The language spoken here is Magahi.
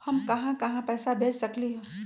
हम कहां कहां पैसा भेज सकली ह?